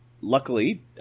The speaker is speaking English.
luckily